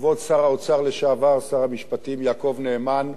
כבוד שר האוצר לשעבר שר המשפטים יעקב נאמן,